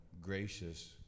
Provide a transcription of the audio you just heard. gracious